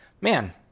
man